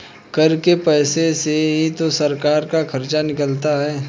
कर के पैसे से ही तो सरकार का खर्चा निकलता है